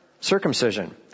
circumcision